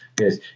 Yes